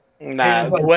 Nah